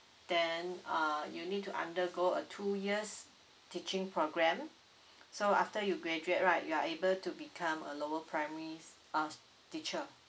then err you need to undergo a two years teaching program so after you graduate right you are able to become a lower primary uh teacher